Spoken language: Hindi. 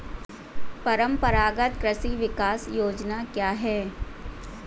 परंपरागत कृषि विकास योजना क्या है?